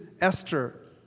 Esther